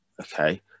okay